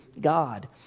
God